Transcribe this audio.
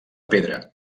pedra